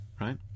right